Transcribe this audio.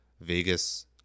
Vegas